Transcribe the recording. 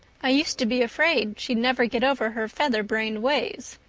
i used to be afraid she'd never get over her featherbrained ways,